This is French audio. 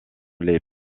les